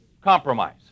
Compromise